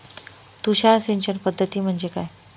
तुषार सिंचन पद्धती म्हणजे काय?